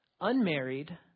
unmarried